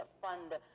fund